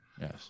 Yes